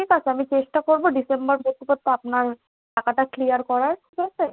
ঠিক আছে আমি চেষ্টা করবো ডিসেম্বার পর্যন্ত আপনার টাকাটা ক্লিয়ার করার ঠিক আছে